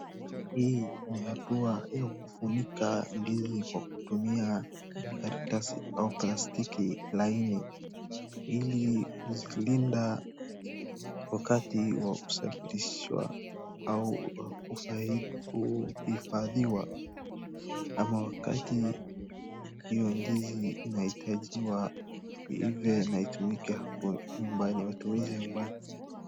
Hii ni hatua ya kufunika ndizi kwa kutumia karatasi au plastiki laini ili kuilinda wakati wa usafirishwa au u, ufai, uhifadhiwa ama wakati hiyo ndizi inahitajiwa iive na itumike kwa nyumbani, matumizi ya nyumbani.